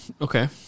Okay